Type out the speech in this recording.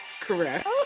Correct